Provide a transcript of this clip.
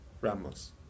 Ramos